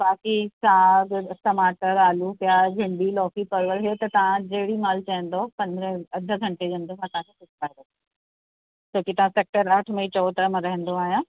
बाक़ी साग टमाटर आलू प्याज भिंडी लौकी परवल इहो त तव्हां जेॾीमहिल चवंदव पंदरहें अधु घंटे जे अंदरि मां तव्हांखे पुॼाए रखंदमि जेकी तव्हां सेक्टर आठ में चओ तां मां रहंदो आहियां